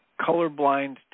colorblind